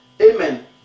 Amen